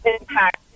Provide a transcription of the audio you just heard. impact